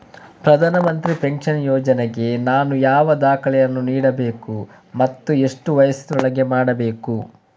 ಪ್ರಧಾನ ಮಂತ್ರಿ ಪೆನ್ಷನ್ ಯೋಜನೆಗೆ ನಾನು ಯಾವ ದಾಖಲೆಯನ್ನು ನೀಡಬೇಕು ಮತ್ತು ಎಷ್ಟು ವಯಸ್ಸಿನೊಳಗೆ ಮಾಡಬೇಕು?